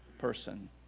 person